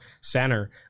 center